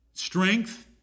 Strength